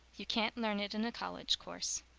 you can't learn it in a college course.